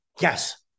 yes